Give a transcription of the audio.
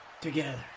Together